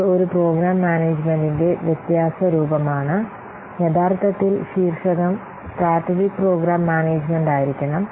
ഇത് ഒരു പ്രോഗ്രാം മാനേജുമെന്റിന്റെ വ്യത്യാസ രൂപമാണ് യഥാർത്ഥത്തിൽ ശീർഷകം സ്ട്രാടെജിക്ക് പ്രോഗ്രാം മാനേജുമെന്റ് ആയിരിക്കണം